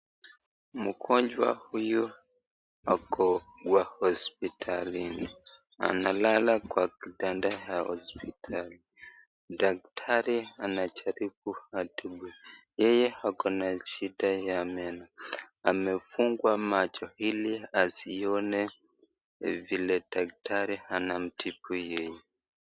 Mgonjwa huyu ako kwa hosipitalini analala kwa kitanda cha hospitali daktari anajaribu adungwe yeye akona shida ya meno amefungwa macho ili asione vile daktari anamtibu yeye.